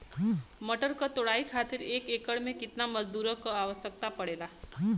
मटर क तोड़ाई खातीर एक एकड़ में कितना मजदूर क आवश्यकता पड़ेला?